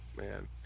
Man